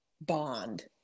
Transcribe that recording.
bond